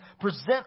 present